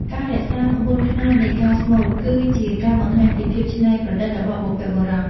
ការរក្សាក្បួនខ្នាតនៃការស្មូត គឺជាការបង្ហាញពីភាពច្នៃប្រឌិតរបស់បុព្វបុរស។